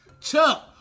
Chuck